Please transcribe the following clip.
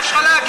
מה יש לך להגיד,